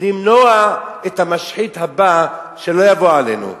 למנוע את המשחית הבא, שלא יבוא עלינו.